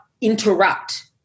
interrupt